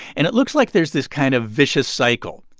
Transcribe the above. and it looks like there's this kind of vicious cycle.